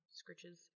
scritches